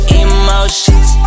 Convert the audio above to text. emotions